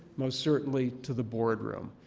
most certainly to the boardroom,